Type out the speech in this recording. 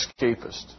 escapist